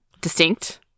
distinct